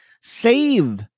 save